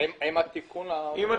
עם התיקונים.